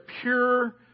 pure